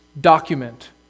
document